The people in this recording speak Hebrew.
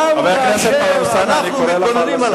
חבר הכנסת טלב אלסאנע,